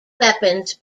weapons